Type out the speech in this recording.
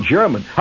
German